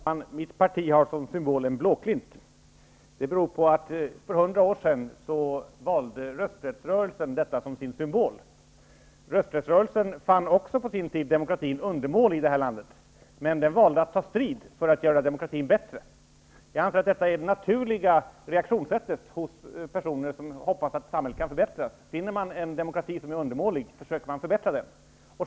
Herr talman! Mitt parti har blåklint som symbol. Det beror på att rösträttsrörelsen för hundra år sedan valde denna växt som sin symbol. Rösträttsrörelsen fann också på sin tid demokratin i vårt land undermålig. Man valde emellertid att ta strid för att göra demokratin bättre. Jag anser detta som det naturliga sättet att reagera på för människor som tror på att ett samhälle kan förbättras. Om man finner att demokratin är undermålig, försöker man att förbättra den.